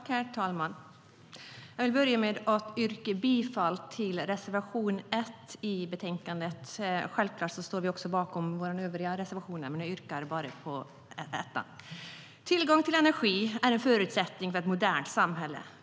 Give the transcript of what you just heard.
Herr talman! Jag vill börja med att yrka bifall till reservation 1 i betänkandet. Självklart står vi också bakom våra övriga reservationer, men jag yrkar bara på reservation 1.Tillgång till energi är en förutsättning för ett modernt samhälle.